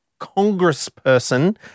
congressperson